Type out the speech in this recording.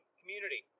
community